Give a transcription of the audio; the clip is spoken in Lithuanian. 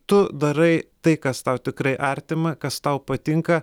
tu darai tai kas tau tikrai artima kas tau patinka